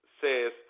says